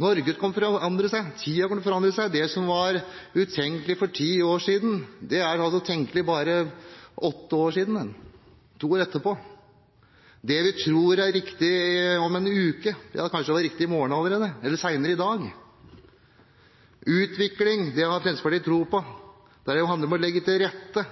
Norge kommer til å forandre seg, tiden kommer til å forandre seg, og det som var utenkelig for ti år siden, var tenkelig for bare åtte år siden – altså to år senere, og det vi tror er riktig om en uke, er kanskje riktig i morgen allerede, eller senere i dag. Utvikling har Fremskrittspartiet tro på – det handler om å legge til rette,